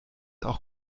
auch